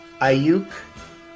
Ayuk